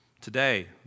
today